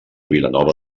vilanova